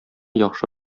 яхшы